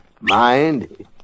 Mind